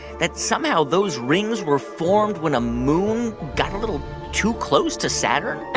that, somehow, those rings were formed when a moon got a little too close to saturn?